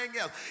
else